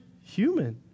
human